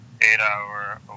eight-hour